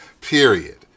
period